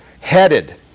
headed